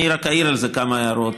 אני רק אעיר על זה כמה הערות.